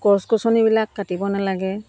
গছ গছনিবিলাক কাটিব নালাগে